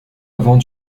avant